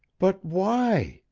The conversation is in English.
but why?